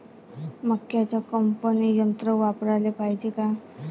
मक्क्याचं कापनी यंत्र वापराले पायजे का?